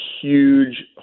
huge